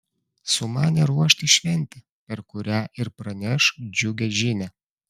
sumanė ruošti šventę per kurią ir praneš džiugią žinią